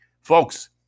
Folks